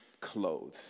Clothes